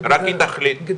רק היא תחליט.